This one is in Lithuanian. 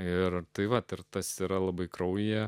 ir tai va turtas yra labai kraują